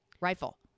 rifle